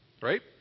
Right